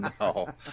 No